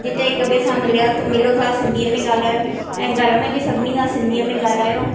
जिते हिकु ॿिए सां मिलिया मिलो था सिंधीअ में ॻाल्हायो ऐं घर में बि सभिनी सां सिंधीअ में ॻाल्हायो